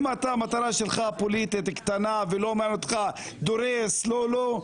אם המטרה שלך פוליטית קטנה ולא מעניין אותך אם אתה דורס או לא,